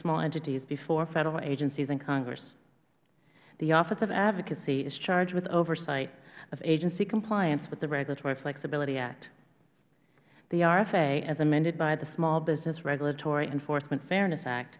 small entities before federal agencies and congress the office of advocacy is charged with oversight of agency compliance with the regulatory flexibility act the rfa as amended by the small business regulatory enforcement fairness act